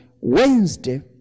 Wednesday